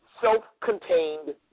self-contained